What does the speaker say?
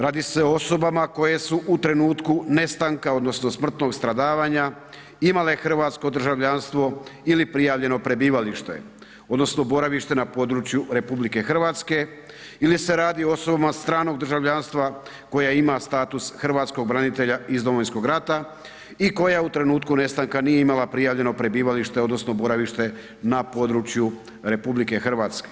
Radi se o osobama koje su u trenutku nestanka, odnosno smrtnog stradavanja imale hrvatsko državljanstvo ili prijavljeno prebivalište, odnosno boravište na području RH ili se radi o osobama stranog državljanstva koja ima status hrvatskog branitelja iz Domovinskog rata i koja u trenutku nestanka nije imala prijavljeno prebivalište odnosno boravište na području RH.